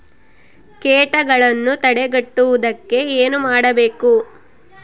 ಕೇಟಗಳನ್ನು ತಡೆಗಟ್ಟುವುದಕ್ಕೆ ಏನು ಮಾಡಬೇಕು?